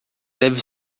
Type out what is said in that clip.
deve